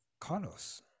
Carlos